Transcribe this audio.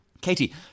Katie